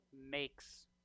makes